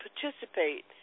participate